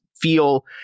feel